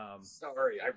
Sorry